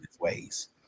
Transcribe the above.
ways